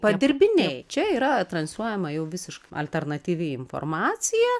padirbiniai čia yra transliuojama jau visiškai alternatyvi informacija